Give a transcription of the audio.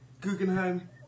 Guggenheim